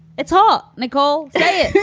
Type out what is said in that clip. it's hot nicole,